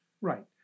Right